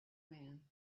man